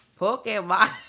Pokemon